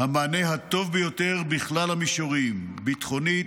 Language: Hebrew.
המענה הטוב ביותר בכלל המישורים: ביטחונית,